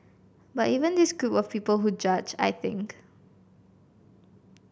but even this group of people who judge I think